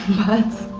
but